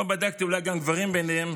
לא בדקתי, אולי גם גברים ביניהם,